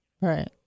Right